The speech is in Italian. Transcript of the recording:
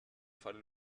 fare